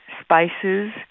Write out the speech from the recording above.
spices